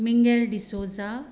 mingle D'Souza